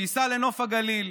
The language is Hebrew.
שייסע לנוף הגליל,